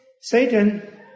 Satan